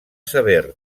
sever